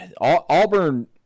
Auburn